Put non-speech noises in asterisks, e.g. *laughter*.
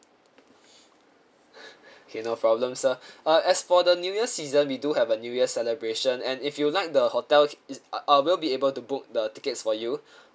*laughs* okay no problem sir uh as for the new year season we do a have new year celebration and if you like the hotel uh uh we will be able to book the tickets for you